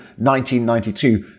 1992